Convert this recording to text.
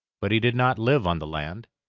but he did not live on the land.